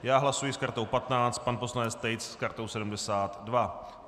Já hlasuji s kartou 15, pan poslanec Tejc s kartou 72.